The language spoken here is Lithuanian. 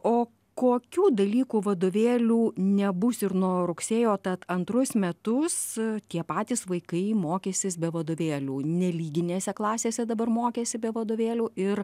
o kokių dalykų vadovėlių nebūs ir nuo rugsėjo tad antrus metus tie patys vaikai mokysis be vadovėlių nelyginėse klasėse dabar mokėsi be vadovėlių ir